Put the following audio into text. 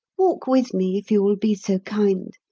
walk with me if you will be so kind.